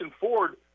Ford